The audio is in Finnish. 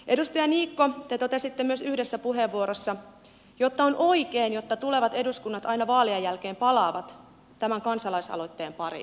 edustaja niikko te totesitte myös yhdessä puheenvuorossa että on oikein että tulevat eduskunnat aina vaalien jälkeen palaavat tämän kansalaisaloitteen pariin